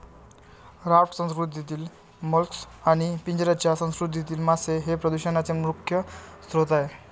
raft संस्कृतीतील mollusc आणि पिंजऱ्याच्या संस्कृतीतील मासे हे प्रदूषणाचे प्रमुख स्रोत आहेत